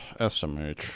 SMH